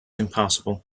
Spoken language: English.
impassable